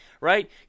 right